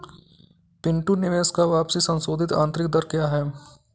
पिंटू निवेश का वापसी संशोधित आंतरिक दर क्या है?